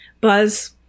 buzz